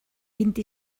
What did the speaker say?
vint